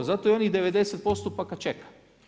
Zato i onih 90 postupaka čeka.